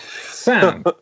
Sam